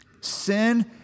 sin